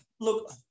Look